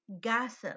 gossip